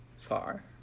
far